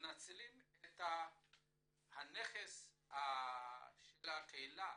מנצלים את הנכס של הקהילה,